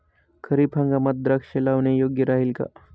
खरीप हंगामात द्राक्षे लावणे योग्य राहिल का?